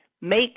Make